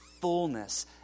Fullness